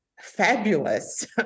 fabulous